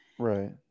right